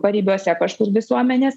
paribiuose kažkur visuomenės